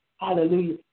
Hallelujah